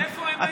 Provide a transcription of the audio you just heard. איפה הם היו?